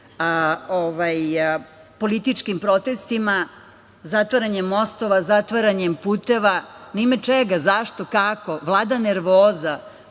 političkim protestima, zatvaranjem mostova, zatvaranjem puteva. Na ime čega? Zašto? Kako? Vlada nervoza,